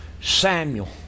Samuel